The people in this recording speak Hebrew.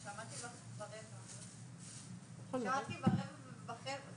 "שר הביטחון ידווח לוועדת העבודה